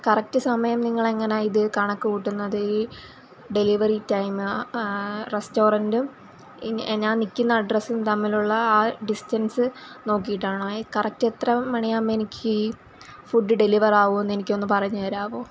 correct സമയം നിങ്ങളെങ്ങനെയാണ് ഇത് കണക്കുക്കൂട്ടുന്നത് ഈ ഡെലിവറി ടൈമ് റെസ്റ്റോറന്റും ഈ ഞാൻ നിൽക്കുന്ന അഡ്രസ്സും തമ്മിലുള്ള ആ ഡിസ്റ്റൻസ് നോക്കിയിട്ടാണോ ഏഹ് കറക്റ്റ് എത്ര മണിയാകുമ്പം എനിക്ക് ഈ ഫുഡ് ഡെലിവറാകുമോയെന്ന് എനിക്കൊന്ന് പറഞ്ഞു തരാമോ